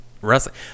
wrestling